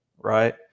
Right